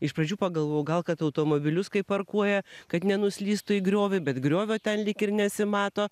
iš pradžių pagalvojau gal kad automobilius kai parkuoja kad nenuslystų į griovį bet griovio ten lyg ir nesimato